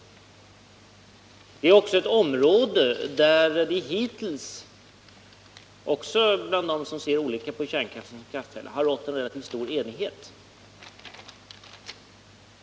Det är också ett område där det hittills — oavsett hur man ser på kärnkraften — har rått en relativt stor enighet.